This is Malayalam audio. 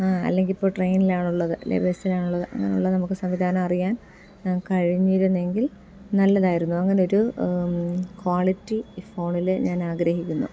ആ അല്ലെങ്കിൽ ഇപ്പം ട്രെയിനിലാണുള്ളത് അല്ലേ ബസ്സിലാണുള്ളത് അങ്ങനെയുള്ള നമുക്ക് സംവിധാനം അറിയാൻ കഴിഞ്ഞിരുന്നെങ്കിൽ നല്ലതായിരുന്നു അങ്ങനെ ഒരു ക്വാളിറ്റി ഫോണിൽ ഞാൻ ആഗ്രഹിക്കുന്നു